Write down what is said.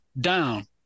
down